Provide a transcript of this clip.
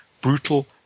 brutal